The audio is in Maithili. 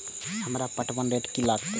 हमरा पटवन रेट की लागते?